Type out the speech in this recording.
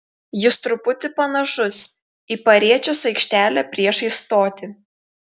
jis truputį panašus į pariečės aikštelę priešais stotį